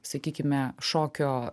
sakykime šokio